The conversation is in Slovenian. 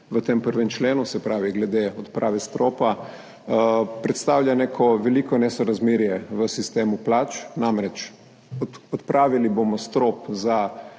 v tem 1. členu, se pravi glede odprave stropa, predstavlja neko veliko nesorazmerje v sistemu plač. Namreč, odpravili bomo strop